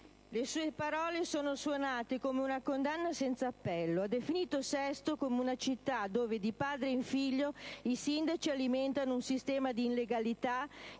Le sue parole sono suonate come una condanna senza appello. Ha definito Sesto come una città dove di padre in figlio i sindaci alimentano un sistema di illegalità